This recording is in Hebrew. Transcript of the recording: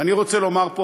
ואני רוצה לומר פה,